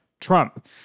Trump